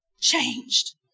changed